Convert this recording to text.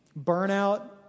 Burnout